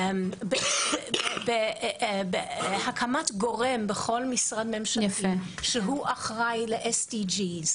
על הקמת גורם בכל משרד ממשלתי שהוא אחראי ל-SDG,